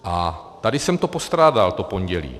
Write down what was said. A tady jsem to postrádal to pondělí.